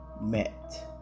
met